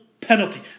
penalty